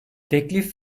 teklif